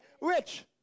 rich